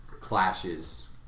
clashes